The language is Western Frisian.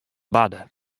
barde